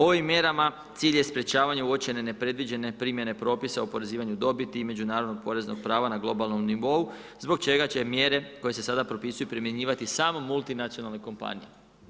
Ovim mjerama cilj je sprječavanja uočene nepredviđene primjene propisa upozoravanja dobiti i međunarodnog poreznog prava na globalnom nivou, zbog čega će mjere koje se sada propisuju, primjenjivati samo multinacionalnoj kompaniji.